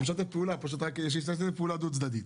הוא משתף פעולה, רק שישתף פעולה דו-צדדית.